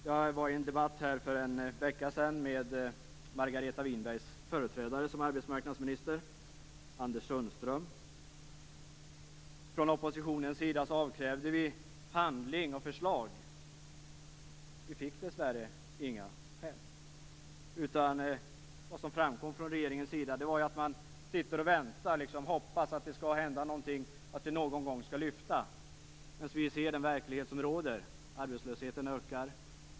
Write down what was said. Jag deltog i en debatt för en vecka sedan med Margareta Winbergs företrädare som arbetsmarknadsminister, Anders Sundström. Från oppositionens sida avkrävde vi handling och förslag. Vi fick dessvärre inga förslag. Det framkom att regeringen väntar och hoppas att någonting skall hända, att någonting skall lyfta. Men vi ser den verklighet som råder. Omfattningen på arbetslösheten ökar.